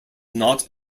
not